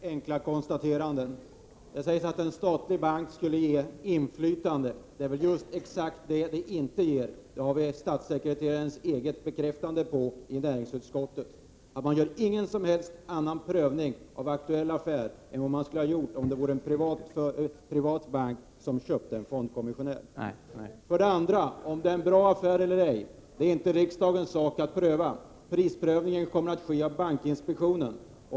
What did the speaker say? Herr talman! Jag tänker bara göra tre enkla konstateranden. För det första: Det sägs att en statlig bank skulle ge inflytande. Det är exakt detta som inte blir följden. Det har vi fått statssekreterarens egen bekräftelse på i näringsutskottet. Man gör ingen som helst annan prövning av denna affär än man skulle ha gjort om en privat bank köpte en fondkommissionär. För det andra: Det är inte riksdagens sak att pröva om detta är en bra affär eller ej. Prisprövningen kommer att göras av bankinspektionen.